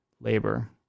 labor